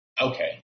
Okay